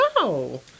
No